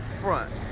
front